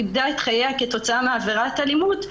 איבדה את חייה כתוצאה מעבירת אלימות,